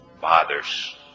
fathers